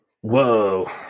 Whoa